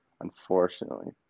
unfortunately